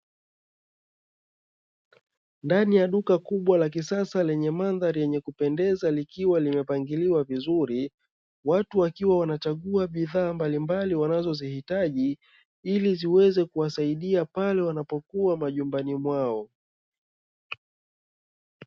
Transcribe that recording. Ndani ya duka kubwa la kisasa lenye mandhari yenye kupendeza likiwa limepangilwa vizuri, watu wakiwa wanachagua bidhaa mbalimbali wanazozihitaji ili ziweze kuwasaidia wanapokuwa majumbani mwao.